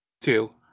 two